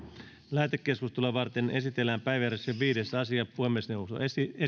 lähetekeskustelua varten esitellään päiväjärjestyksen viides asia puhemiesneuvosto